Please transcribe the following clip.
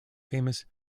famous